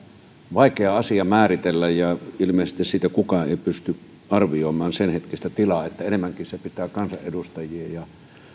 vaikea asia määritellä ja ilmeisesti kukaan ei pysty arvioimaan senhetkistä tilaa niin että enemmänkin se pitää kansanedustajien ja